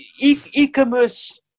e-commerce